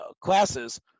classes